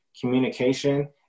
communication